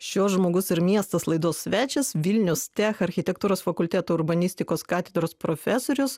šio žmogus ir miestas laidos svečias vilnius tech architektūros fakulteto urbanistikos katedros profesorius